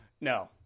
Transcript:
no